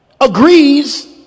agrees